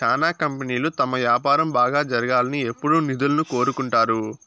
శ్యానా కంపెనీలు తమ వ్యాపారం బాగా జరగాలని ఎప్పుడూ నిధులను కోరుకుంటారు